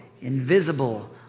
invisible